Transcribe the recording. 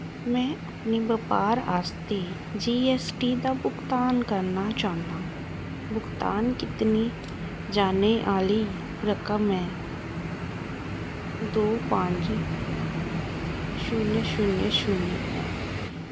में अपने बपार आस्ते जी ऐस्स टी दा भुगतान करना चाह्न्नां भुगतान कीती जाने आह्ली रकम ऐ दो पंज शून्य शून्य शून्य ऐ